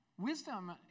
Wisdom